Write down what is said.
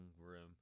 room